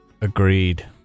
Agreed